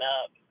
up